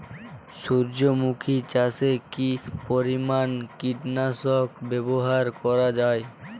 সূর্যমুখি চাষে কি পরিমান কীটনাশক ব্যবহার করা যায়?